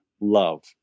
love